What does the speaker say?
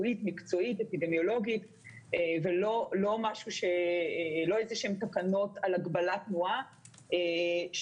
אתמול נערך שינוי מסוים בתקנות הגבלת פעילות,